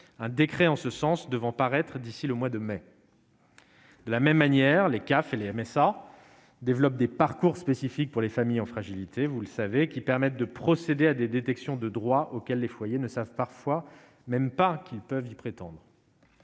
un décret en ce sens devant paraître d'ici le mois de mai. De la même manière, les CAF et le MSA développe des parcours spécifiques pour les familles en fragilité, vous le savez, qui permettent de procéder à des détections de droit auxquels les foyers ne savent parfois même pas qu'ils peuvent, ils prétendent.